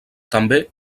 també